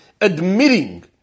admitting